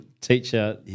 teacher